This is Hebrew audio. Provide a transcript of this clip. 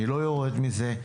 אני לא יורד מזה,